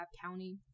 County